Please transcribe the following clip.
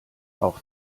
auch